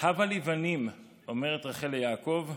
"הבה לי בנים", אומרת רחל ליעקב,